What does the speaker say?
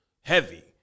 heavy